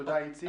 תודה, איציק.